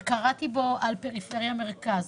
שקראתי בו על פריפריה מרכז,